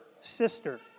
sister